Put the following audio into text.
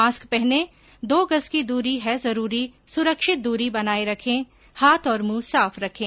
mask पहनें दो गज़ की दूरी है जरूरी सुरक्षित दूरी बनाए रखें हाथ और मुंह साफ रखें